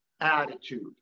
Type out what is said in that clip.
attitude